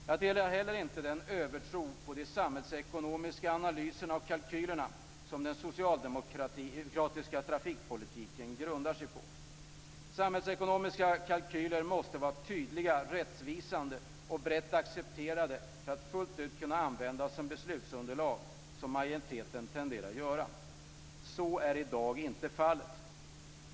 Jag delar heller inte den övertro på samhällsekonomiska analyser och kalkyler som den socialdemokratiska trafikpolitiken grundar sig på. Samhällsekonomiska kalkyler måste vara tydliga, rättvisande och brett accepterade för att fullt ut kan användas som beslutsunderlag som majoriteten tenderar att göra. Så är i dag inte fallet.